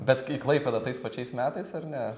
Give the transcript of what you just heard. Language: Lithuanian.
bet k į klaipėdą tais pačiais metais ar ne